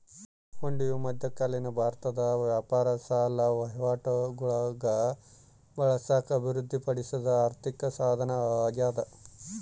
ಹುಂಡಿಯು ಮಧ್ಯಕಾಲೀನ ಭಾರತದ ವ್ಯಾಪಾರ ಸಾಲ ವಹಿವಾಟುಗುಳಾಗ ಬಳಸಾಕ ಅಭಿವೃದ್ಧಿಪಡಿಸಿದ ಆರ್ಥಿಕಸಾಧನ ಅಗ್ಯಾದ